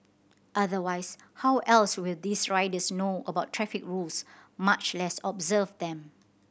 otherwise how else will these riders know about traffic rules much less observe them